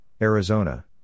Arizona